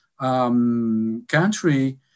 country